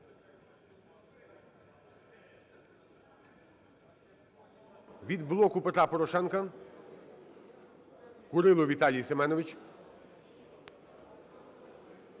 Від "Блоку Петра Порошенка" Курило Віталій Семенович.